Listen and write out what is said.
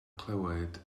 clywed